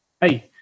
hey